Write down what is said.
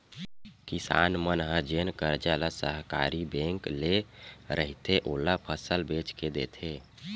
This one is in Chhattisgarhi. किसान मन ह जेन करजा ल सहकारी बेंक ले रहिथे, ओला फसल बेच के देथे